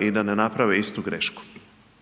i da ne naprave istu grešku.